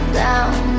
down